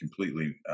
completely